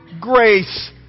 grace